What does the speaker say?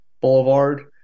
Boulevard